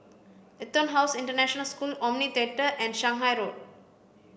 EtonHouse International School Omni Theatre and Shanghai Road